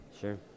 Sure